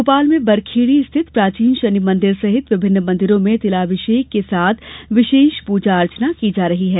भोपाल में बरखेडी स्थित प्राचीन शनि मंदिर सहित विभिन्न मंदिरों में तिलाभिषेक के साथ विशेष पूजा अर्चना की जा रही है